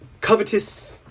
covetous